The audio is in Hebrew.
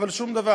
אבל שום דבר.